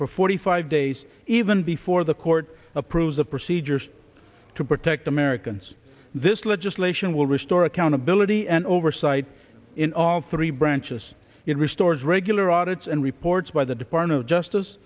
for forty five days even before the court approves of procedures to protect americans this legislation will restore accountability and oversight in all three branches it restores regular audits and reports by the department of justice